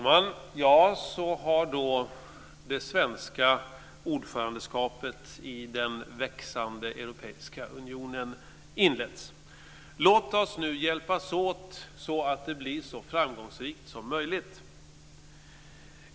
Fru talman! Så har då det svenska ordförandeskapet i den växande europeiska unionen inletts. Låt oss nu hjälpas åt så att det blir så framgångsrikt som möjligt.